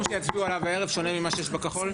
שיצביעו עליו הערב באותה תכנית שונה ממה שיש בכחול?